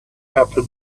happen